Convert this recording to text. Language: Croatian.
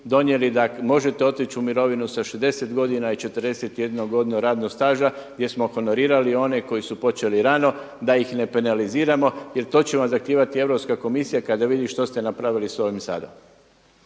donijeli da možete otići u mirovinu sa 60 godina i 41 godinu radnog staža gdje smo honorirali one koji su počeli rano da ih ne penaliziramo jer to će vam zahtijevati Europska komisija kada vidi što ste napravili sa ovim sada.